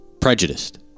prejudiced